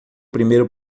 primeiro